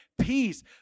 peace